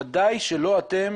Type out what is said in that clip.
ודאי שלא אתם